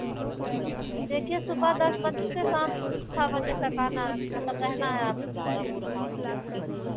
देखिए सुबह दस बजे से शाम छह बजे तक आना है मतलब रहना है आपको तो